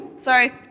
Sorry